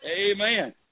Amen